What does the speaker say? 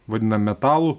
vadina metalu